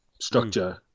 structure